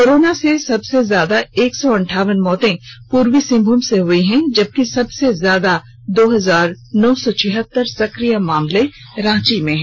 corona से सबसे ज्यादा एक सौ अंठावन मौते पूर्वी सिंहभूम में हुई है जबकि सबसे ज्यादा दो हजार नौ सौ छिहत्तर सक्रिय मामले रांची में हैं